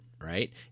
Right